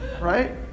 right